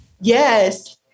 Yes